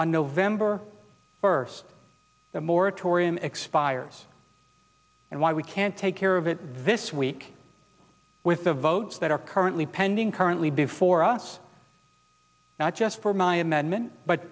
on november first the moratorium expires and while we can't take care of it this week with the votes that are currently pending currently before us not just for my amendment but